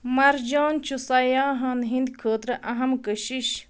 مرجان چھُ سیاحن ہِنٛدۍ خٲطرٕ اہم کشِش